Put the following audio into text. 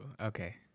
Okay